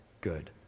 good